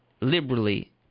liberally